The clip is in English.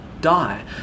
die